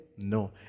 No